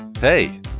Hey